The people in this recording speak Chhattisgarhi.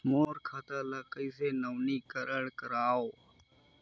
मोर खाता ल कइसे नवीनीकरण कराओ?